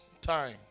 time